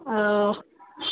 ओ